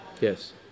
Yes